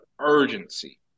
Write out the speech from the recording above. urgency